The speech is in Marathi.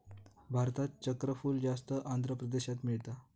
भारतात चक्रफूल जास्त आंध्र प्रदेशात मिळता